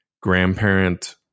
grandparent